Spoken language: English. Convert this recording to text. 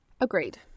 Agreed